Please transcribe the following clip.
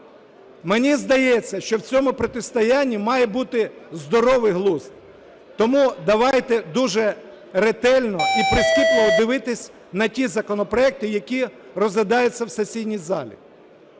Мені здається, що в цьому протистоянні має бути здоровий глузд. Тому давайте дуже ретельно і прискіпливо дивитись на ті законопроекти, які розглядаються в сесійній залі.